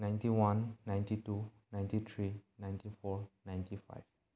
ninety one ninety two ninety three ninety four ninety five